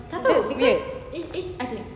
that's weird